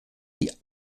die